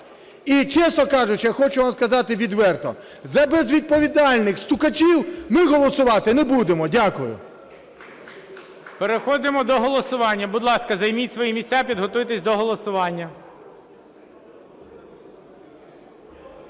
І, чесно кажучи, я хочу вам сказати відверто, за безвідповідальних стукачів ми голосувати не будемо. Дякую. ГОЛОВУЮЧИЙ. Переходимо до голосування. Будь ласка, займіть свої місця і підготуйтеся до голосування.